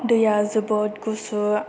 दैया जोबोत गुसु